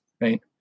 right